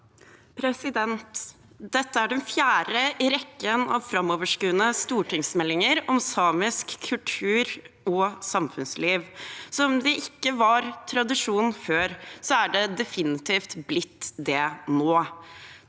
Dette er den fjerde i rek- ken av framoverskuende stortingsmeldinger om samisk kultur og samfunnsliv. Selv om det ikke var tradisjon før, er det definitivt blitt det nå.